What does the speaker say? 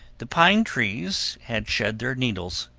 the pine trees had shed their needles,